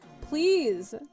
please